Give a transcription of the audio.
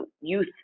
youth